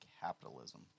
capitalism